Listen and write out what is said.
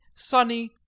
sunny